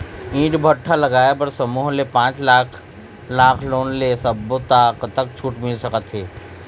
ईंट भट्ठा लगाए बर समूह ले पांच लाख लाख़ लोन ले सब्बो ता कतक छूट मिल सका थे?